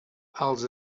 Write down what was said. als